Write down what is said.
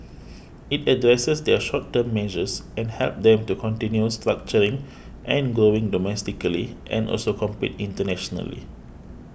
it addresses their short term measures and helps them to continue structuring and growing domestically and also compete internationally